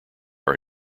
are